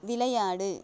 விளையாடு